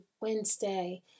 Wednesday